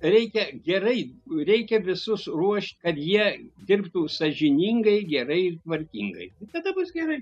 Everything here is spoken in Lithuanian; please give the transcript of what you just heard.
reikia gerai reikia visus ruošt kad jie dirbtų sąžiningai gerai tvarkingai tada bus gerai